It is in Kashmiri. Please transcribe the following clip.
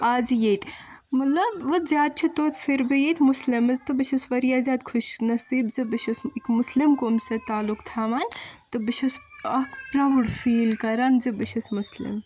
آز ییٚتہِ مطلب وٕ زیادٕ چھ توتہِ پھر بی ییٚتہِ مُسلِمٕز تہٕ بہٕ چھس وارِیاہ زیادٕ خۄش نصیٖب زِ بہٕ چھُس اِک مسلم قومس سۭتۍ تعلُق تھاوان تہٕ بہٕ چھس اکھ پراوُڑ فیٖل کران زِ بہٕ چھس مُسلم